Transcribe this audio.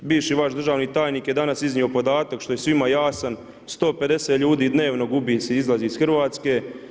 Bivši vaš državni tajnik je danas iznio podatak što je svima jasan, 150 ljudi dnevno gubi, izlazi iz Hrvatske.